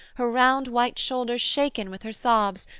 her round white shoulder shaken with her sobs,